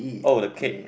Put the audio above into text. oh the cake